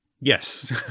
Yes